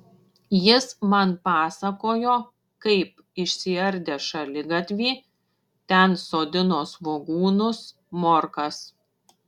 jis man pasakojo kaip išsiardę šaligatvį ten sodino svogūnus morkas